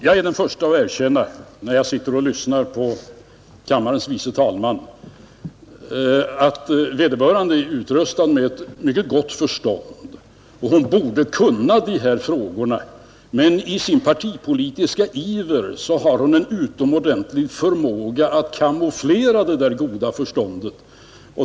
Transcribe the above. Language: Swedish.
Jag är den förste att erkänna, efter att ha suttit och lyssnat på kammarens andre vice talman, att hon är utrustad med ett mycket gott förstånd och borde kunna dessa frågor. Men i sin partipolitiska iver har hon en utomordentlig förmåga att kamouflera det där goda förståndet.